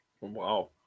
Wow